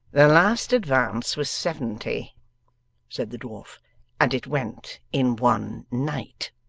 the last advance was seventy said the dwarf and it went in one night